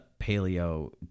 paleo